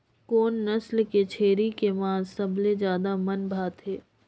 कोन नस्ल के छेरी के मांस सबले ज्यादा मन भाथे?